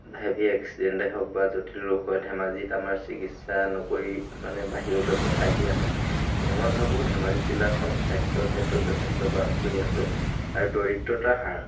heavy এক্সিডেণ্টেই হওক বা জটিল ৰোগ হয় ধেমাজিত আমাৰ চিকিৎসা নকৰি মানে বাহিৰলৈ পঠাই দিয়া হয় মই ভাবোঁ ধেমাজি জিলাখনত স্বাস্থ্য ক্ষেত্ৰত যথেষ্ট পাছ পৰি আছে আৰু দৰিদ্ৰতা হ্ৰাস